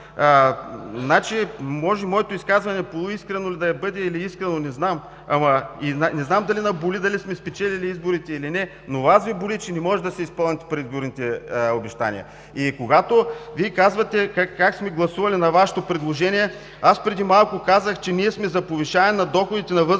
може моето изказване да бъде полуискрено или искрено, не знам. Не зная дали ни боли дали сме спечелили изборите, или не, но Вас Ви боли, че не можете да си изпълните предизборните обещания. Вие казвате как сме гласували на Вашето предложение – преди малко казах, че ние сме за повишаване на доходите на възрастните